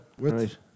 Right